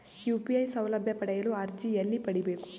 UPI ಸೌಲಭ್ಯ ಪಡೆಯಲು ಅರ್ಜಿ ಎಲ್ಲಿ ಪಡಿಬೇಕು?